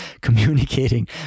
communicating